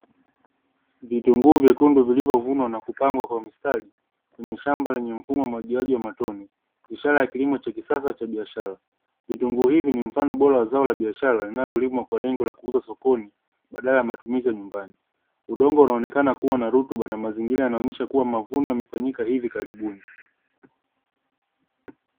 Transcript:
Vitunguu vyekundu vilivyovunwa na kupangwa kwa mstari, kwenye shamba lenye mfumo wa umwagiliaji wa matone. Ishara ya kilimo cha kisasa cha biashara. Vitunguu hivi ni mfano bora wa zao la biashara, linalolimwa kwa lengo la kuuzwa sokoni, badala ya matumizi ya nyumbani. Udongo unaonekana kuwa na rutuba, na mazingira yanaonyesha kuwa mavuno yamefanyika hivi karibuni.